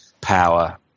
power